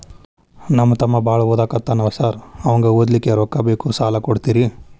ನಮ್ಮ ತಮ್ಮ ಬಾಳ ಓದಾಕತ್ತನ ಸಾರ್ ಅವಂಗ ಓದ್ಲಿಕ್ಕೆ ರೊಕ್ಕ ಬೇಕು ಸಾಲ ಕೊಡ್ತೇರಿ?